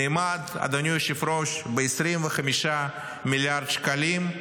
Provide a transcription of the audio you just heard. נאמד, אדוני היושב-ראש, ב-25 מיליארד שקלים.